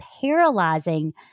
paralyzing